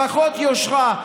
לפחות יושרה.